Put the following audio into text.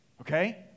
Okay